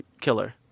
killer